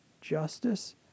justice